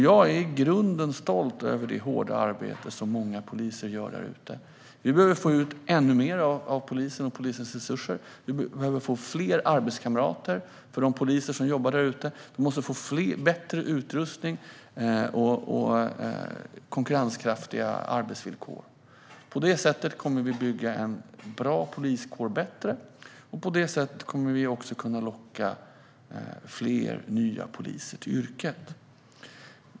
Jag är i grunden stolt över det hårda arbete som många poliser gör där ute. Vi behöver få ut ännu mer av polisen och av polisens resurser. De poliser som jobbar där ute behöver få fler arbetskamrater. De måste få bättre utrustning och konkurrenskraftiga arbetsvillkor. På det sättet kommer vi att bygga en bra poliskår bättre, och på det sättet kommer vi också att kunna locka fler nya poliser till yrket.